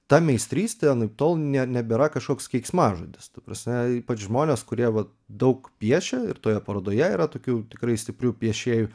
ta meistrystė anaiptol ne nebėra kažkoks keiksmažodis ta prasme ypač žmonės kurie vat daug piešia ir toje parodoje yra tokių tikrai stiprių piešėjų